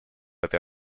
этой